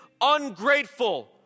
ungrateful